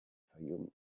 fayoum